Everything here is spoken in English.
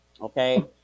okay